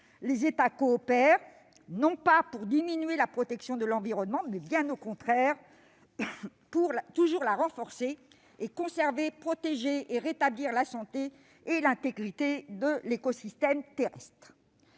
les États coopèrent, non pas pour diminuer la protection de l'environnement, mais, bien au contraire, pour toujours la renforcer et « conserver, protéger et rétablir la santé et l'intégrité de l'écosystème terrestre